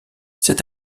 cet